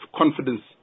confidence